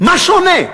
מה שונה?